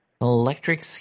Electric